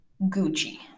Gucci